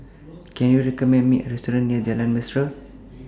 Can YOU recommend Me A Restaurant near Jalan Mesra